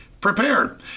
prepared